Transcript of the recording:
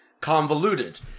convoluted